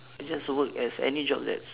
I just work as any job that's